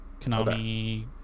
Konami